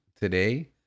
today